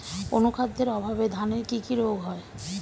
অনুখাদ্যের অভাবে ধানের কি কি রোগ হয়?